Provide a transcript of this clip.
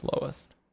lowest